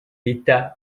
rita